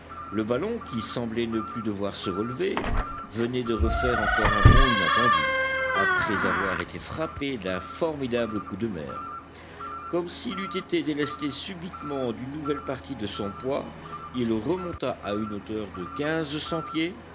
le ballon qui semblait ne plus devoir se relever venait de refaire encore un bond inattendu après avoir été frappé d'un formidable coup de mer comme s'il eût été délesté subitement d'une nouvelle partie de son poids il remonta à une hauteur de quinze cents pieds